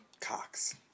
Cox